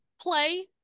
play